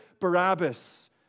Barabbas